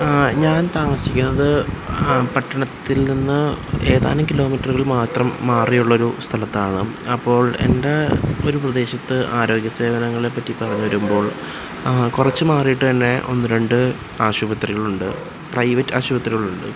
ഞാൻ താമസിക്കുന്നത് പട്ടണത്തിൽ നിന്ന് ഏതാനും കിലോമീറ്ററുകൾ മാത്രം മാറിയുള്ളൊരു സ്ഥലത്താണ് അപ്പോൾ എൻ്റെ ഒരു പ്രദേശത്തെ ആരോഗ്യ സേവനങ്ങളെ പറ്റി പറഞ്ഞു വരുമ്പോൾ കുറച്ചു മാറിയിട്ടുതന്നെ ഒന്നുരണ്ട് ആശുപത്രികളുണ്ട് പ്രൈവറ്റ് ആശുപത്രികളുണ്ട്